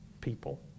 people